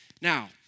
Now